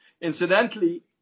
Incidentally